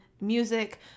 music